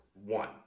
One